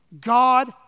God